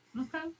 Okay